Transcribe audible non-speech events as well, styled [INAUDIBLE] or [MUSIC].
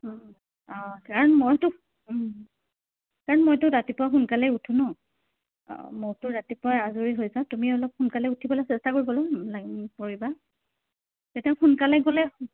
অঁ অঁ কাৰণ মইতো কাৰণ মইতো ৰাতিপুৱা সোনকালে উঠো নহ্ অঁ মইতো ৰাতিপুৱাই আজৰি হৈ যাওঁ তুমি অলপ সোনকালে উঠিবলৈ চেষ্টা কৰিব [UNINTELLIGIBLE] কৰিবা তেতিয়া সোনকালে গ'লে